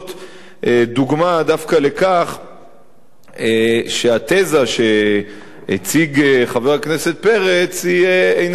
דוגמה דווקא לכך שהתזה שהציג חבר הכנסת פרץ איננה נכונה.